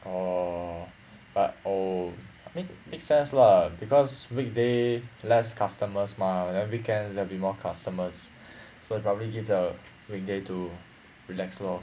orh but oh I mean make sense lah because weekday less customers mah then weekends there will be more customers so they probably give the weekday to relax lor